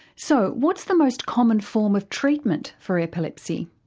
so what's the most common form of treatment for epilepsy?